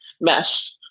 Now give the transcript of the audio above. mesh